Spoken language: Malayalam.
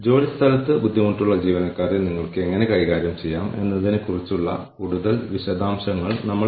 കൂടാതെ നിങ്ങൾക്ക് ഈ വെബ്സൈറ്റിലൂടെ പോകാം കൂടാതെ ഇത് സമതുലിതമായ സ്കോർകാർഡിനെക്കുറിച്ചുള്ള എല്ലാത്തരം വിവരങ്ങളും നൽകുന്നു